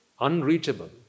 unreachable